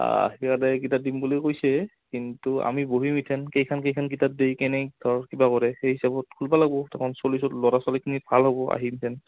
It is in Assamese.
সিহঁতে সেইকেইটা দিম বুলি কৈছে কিন্তু আমি কেইখন কেইখন কিতাপ দি কেনে ধৰ কিবা কৰে সেই হিচাপত খুলিব লাগিব ল'ৰা ছোৱালীখিনি ভাল হ'ব আহি